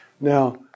Now